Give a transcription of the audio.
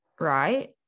right